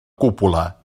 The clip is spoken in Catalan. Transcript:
cúpula